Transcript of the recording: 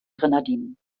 grenadinen